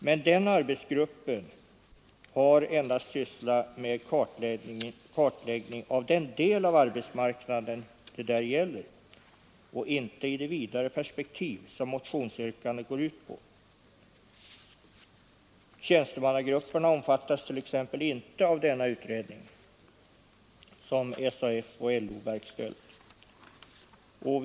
Men den arbetsgruppen har endast sysslat med kartläggning av den del av arbetsmarknaden det där gäller och inte i det vidare perspektiv som motionsyrkandet går ut på. Tjänstemannagrupperna omfattas t.ex. inte av denna utredning som SAF och LO verkställt.